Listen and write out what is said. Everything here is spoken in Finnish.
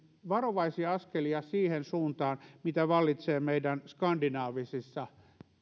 varovaisia askelia siihen suuntaan mitä vallitsee meidän skandinaavisissa